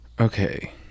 Okay